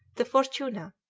the fortuna,